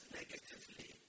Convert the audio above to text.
negatively